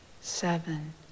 seven